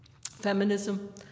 Feminism